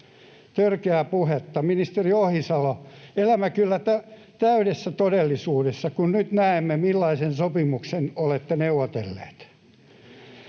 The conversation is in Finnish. Törkeää puhetta. Ministeri Ohisalo, elämme kyllä täydessä todellisuudessa, kun nyt näemme, millaisen sopimuksen olette neuvotelleet.